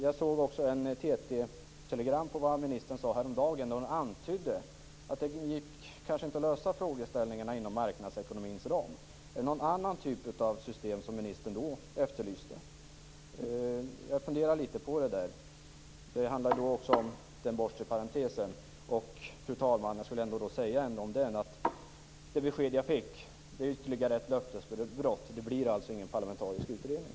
Jag såg ett TT-telegram om vad ministern sade häromdagen. Hon antydde att det kanske inte gick att lösa problemen inom arbetsmarknadsekonomins ram. Är det någon annan typ av system som ministern då efterlyser? Jag har funderat litet på det. Det handlar ju då också om den bortre parentesen. Fru talman! Jag skall säga om den att det besked jag fick var ytterligare ett löftesbrott. Det blir alltså ingen parlamentarisk utredning.